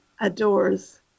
adores